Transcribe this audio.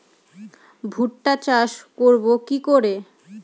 ভুট্টা চাষ করব কি করে?